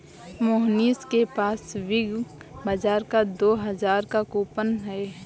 मोहनीश के पास बिग बाजार का दो हजार का कूपन है